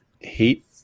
heat